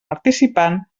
participant